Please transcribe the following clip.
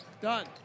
Done